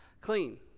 clean